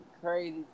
Crazy